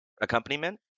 accompaniment